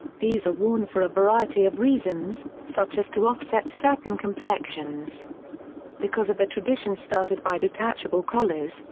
these are worn for a variety of reasons, such as to offset certain complexions because of a tradition started by detachable collars,